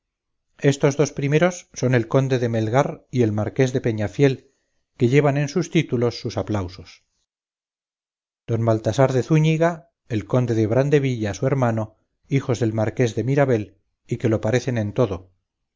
estos dos primeros son el conde de melgar y el marqués de peñafiel que llevan en sus títulos sus aplausos don baltasar de zúñiga el conde de brandevilla su hermano hijos del marqués de mirabel y que lo parecen en todo